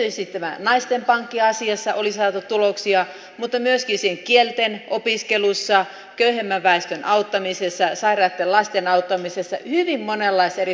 erityisesti tässä naisten pankki asiassa oli saatu tuloksia mutta myöskin kielten opiskelussa köyhemmän väestön auttamisessa sairaitten lasten auttamisessa hyvin monenlaisissa eri toiminnoissa